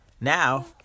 now